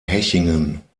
hechingen